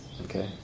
Okay